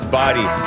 body